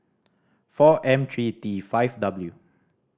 four M three T five W